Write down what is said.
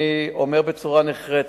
אני אומר בצורה נחרצת,